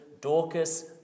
Dorcas